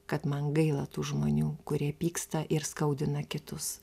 kad man gaila tų žmonių kurie pyksta ir skaudina kitus